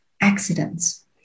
accidents